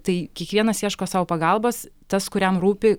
tai kiekvienas ieško sau pagalbos tas kuriam rūpi